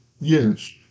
Yes